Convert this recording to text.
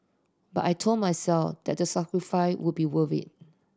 but I told myself that the sacrifice would be worth it